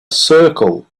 circle